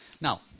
now